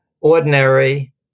ordinary